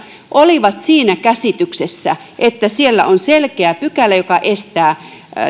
olivat siinä käsityksessä että siellä on selkeä pykälä joka estää